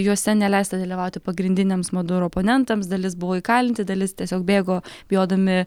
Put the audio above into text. juose neleista dalyvauti pagrindiniams maduro oponentams dalis buvo įkalinti dalis tiesiog bėgo bijodami